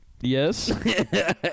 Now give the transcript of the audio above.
Yes